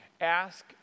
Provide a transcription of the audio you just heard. ask